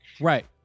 Right